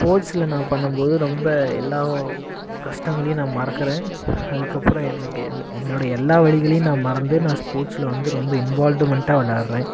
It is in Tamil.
ஸ்போர்ட்ஸில் நான் பண்ணும் போது ரொம்ப எல்லா கஷ்டங்களையும் நான் மறக்கிறேன் அதுக்கப்புறோம் எனக்கு என் என்னுடைய எல்லாம் வலிகளையும் நான் மறந்து நான் ஸ்போர்ட்ஸில் வந்து ரொம்ப இன்வால்டுமென்ட்டாக விளாட்றேன்